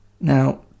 Now